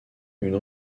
une